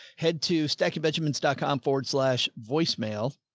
head to stack your benjamins dot com forward slash voicemail.